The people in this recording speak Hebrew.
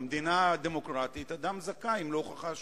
במדינה דמוקרטית אדם זכאי אם לא הוכחה אשמתו.